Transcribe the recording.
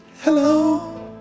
Hello